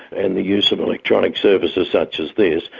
and the use of electronic services such as this,